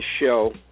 show